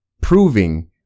proving